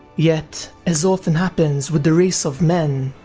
yet, as often happens with the race of men,